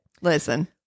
Listen